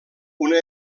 una